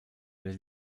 der